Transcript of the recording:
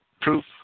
proof